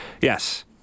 yes